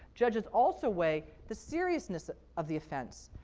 judges also weigh the seriousness of the offense.